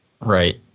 Right